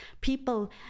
people